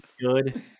good